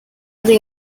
they